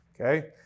okay